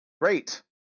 Great